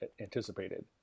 anticipated